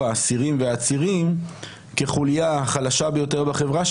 האסירים והעצירים כחולייה החלשה ביותר בחברה,